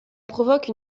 provoque